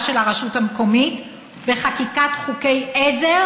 של הרשות המקומית בחקיקת חוקי עזר",